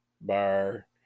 bar